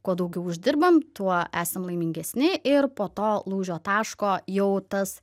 kuo daugiau uždirbam tuo esam laimingesni ir po to lūžio taško jau tas